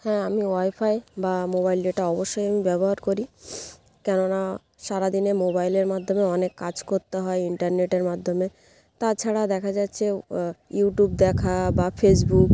হ্যাঁ আমি ওয়াইফাই বা মোবাইল ডেটা অবশ্যই আমি ব্যবহার করি কেননা সারা দিনে মোবাইলের মাধ্যমে অনেক কাজ করতে হয় ইন্টারনেটের মাধ্যমে তাছাড়া দেখা যাচ্ছে ইউটিউব দেখা বা ফেসবুক